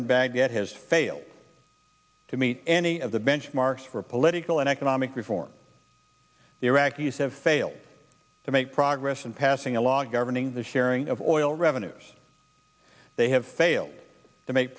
in baghdad has failed to meet any of the benchmarks for political and economic reforms the iraqis have failed to make progress in passing a law governing the sharing of oil revenues they have failed to make